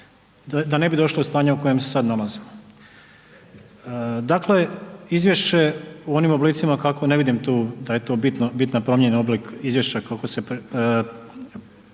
da ne bi došli u stanje u kojem se sada nalazimo. Dakle, izvješće u onim oblicima kakvo ne vidim tu da je tu bitna promjena izvješća kakvo se donosilo